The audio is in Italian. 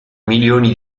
milioni